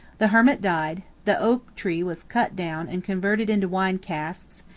the hermit died, the oak tree was cut down and converted into wine casks,